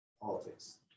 politics